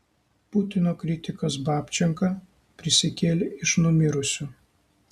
putino kritikas babčenka prisikėlė iš numirusių